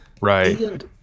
Right